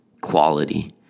Quality